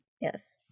Yes